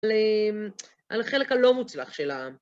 על החלק הלא מוצלח של העם.